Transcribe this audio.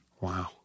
Wow